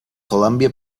columbia